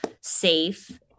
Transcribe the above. safe